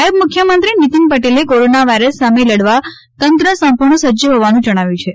નાયબ મુખ્યમંત્રી નિતિન પટેલે કોરોના વાઇરસ સામે લડવા તંત્ર સંપૂર્ણ સજ્જ હોવાનું જણાવ્યું છે